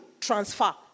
transfer